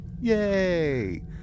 yay